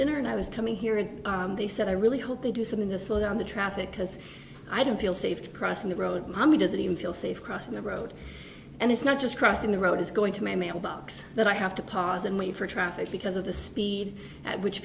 dinner and i was coming here and they said i really hope they do something to slow down the traffic because i don't feel safe crossing the road mommy doesn't even feel safe crossing the road and it's not just crossing the road it's going to my mailbox but i have to pause and wait for traffic because of the speed at which